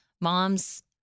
moms